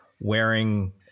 wearing